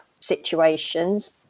situations